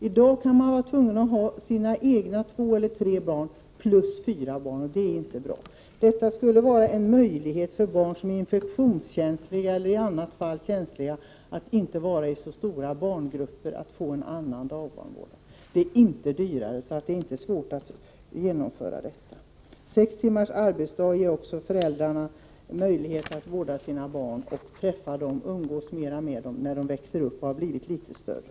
I dag kan man vara tvungen att ha sina egna två eller tre barn plus fyra barn, och det är inte bra. Detta skulle innebära en möjlighet för barn som är infektionskänsliga eller på annat sätt känsliga att inte vistas i så stora barngrupper. Det är inte dyrare, så det är inte svårt att genomföra detta. Sex timmars arbetsdag ger också föräldrarna möjlighet att umgås mer med sina barn när de växer upp och när de blivit litet större.